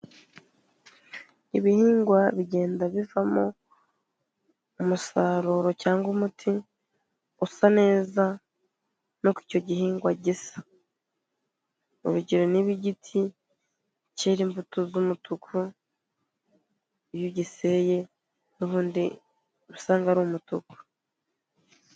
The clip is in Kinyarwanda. Ibihingwa bigenda bivamo umusaruro cyangwa umuti usa neza nuko icyo gihingwa gisa, urugero niba igiti cyera imbuto z'umutuku iyo ugiseye n'ubundi uba usanga ari umutuku.